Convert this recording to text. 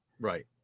Right